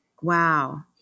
Wow